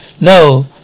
No